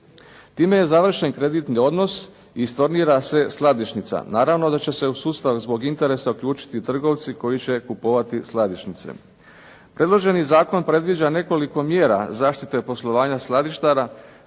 Time je završen kreditni odnos i stornira se skladišnica. Naravno da će se u sustav zbog interesa uključiti trgovci koji će kupovati skladišnice. Predloženi zakon predviđa nekoliko mjera zaštite poslovanja skladištara